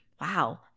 wow